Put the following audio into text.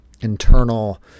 internal